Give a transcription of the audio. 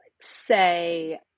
say